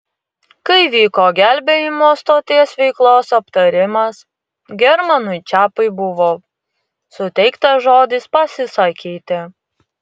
kai vyko gelbėjimo stoties veiklos aptarimas germanui čepui buvo suteiktas žodis pasisakyti